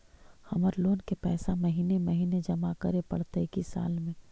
हमर लोन के पैसा महिने महिने जमा करे पड़तै कि साल में?